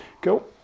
go